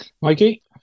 mikey